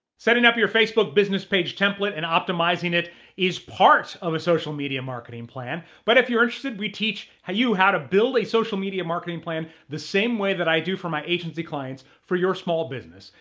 setting up your facebook business page template and optimizing it is part of a social media marketing plan, but if you're interested, we teach you how to build a social media marketing plan the same way that i do for my agency clients for your small business.